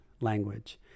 language